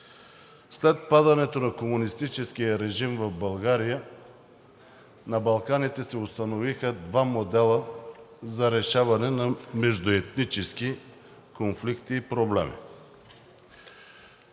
След падането на комунистическия режим в България на Балканите се установиха два модела за решаване на междуетнически конфликти и проблеми.